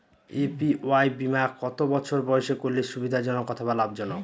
APY বীমা কত বছর বয়সে করলে সুবিধা জনক অথবা লাভজনক?